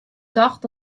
tocht